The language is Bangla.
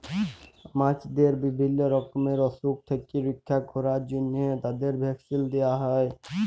মাছদের বিভিল্য রকমের অসুখ থেক্যে রক্ষা ক্যরার জন্হে তাদের ভ্যাকসিল দেয়া হ্যয়ে